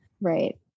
Right